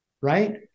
right